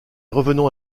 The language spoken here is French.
revenons